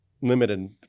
limited